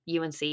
UNC